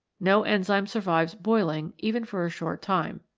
no enzyme survives boiling even for a short time.